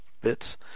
bits